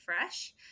fresh